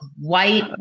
white